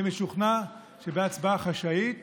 אני משוכנע שבהצבעה חשאית